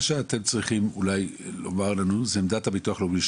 צריכים לומר לנו את עמדתכם בביטוח הלאומי.